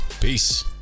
peace